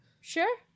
Sure